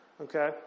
Okay